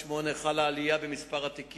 75. בריונות ודקירות בקרב צעירים חבר הכנסת אמנון כהן